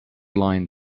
line